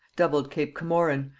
doubled cape comorin,